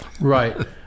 Right